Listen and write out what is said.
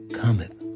cometh